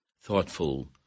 thoughtful